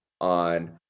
on